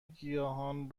گیاهان